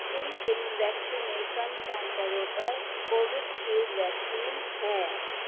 کن کن ویکسینیشن سنٹروں پر کووڈشیلڈ ویکسین ہے